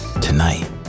Tonight